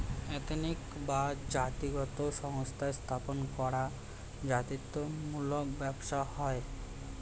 ethnic বা জাতিগত সংস্থা স্থাপন করা জাতিত্ব মূলক ব্যবসা হয়